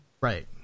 Right